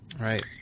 Right